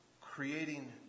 creating